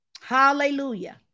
Hallelujah